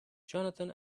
johnathan